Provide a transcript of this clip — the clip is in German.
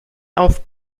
auf